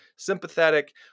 Sympathetic